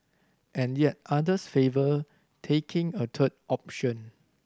and yet others favour taking a third option